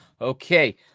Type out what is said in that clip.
Okay